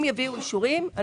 אם יביאו אישורים.